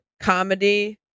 comedy